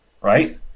right